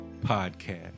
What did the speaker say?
podcast